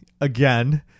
again